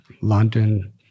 London